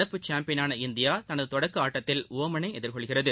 நடப்பு சாம்பியனான இந்தியா தனது தொடக்க ஆட்டத்தில் ஒமனை எதிர்கொள்கிறது